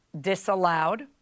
disallowed